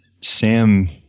Sam